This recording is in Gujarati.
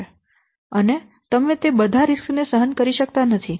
અને તમે તે બધા જોખમો સહન કરી શકતા નથી